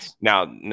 now